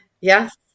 yes